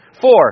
Four